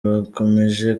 bakomeje